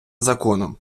законом